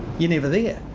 you're never there.